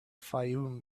fayoum